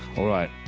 alright.